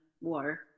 War